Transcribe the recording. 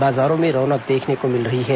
बाजारों में रौनक देखने को मिल रही है